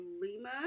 Lima